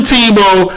Tebow